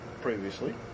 previously